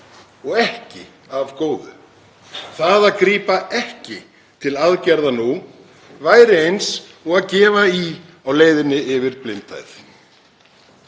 og ekki af góðu. Að grípa ekki til aðgerða nú væri eins og að gefa í á leiðinni yfir blindhæð.